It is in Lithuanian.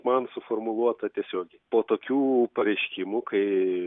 man suformuluota tiesiogiai po tokių pareiškimų kai